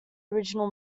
original